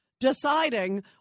deciding